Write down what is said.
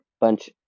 bunch